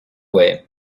way